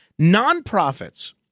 Nonprofits